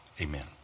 Amen